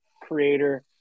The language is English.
creator